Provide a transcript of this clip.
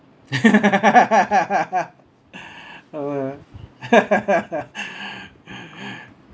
oh well